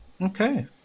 Okay